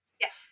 Yes